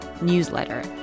newsletter